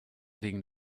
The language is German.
wegen